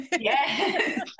yes